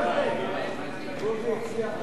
בוז'י, הצליח די לבזבוזים.